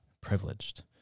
privileged